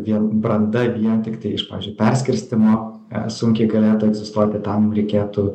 vien branda vien tik iš pavyzdžiui perskirstymo sunkiai galėtų egzistuoti tam mum reikėtų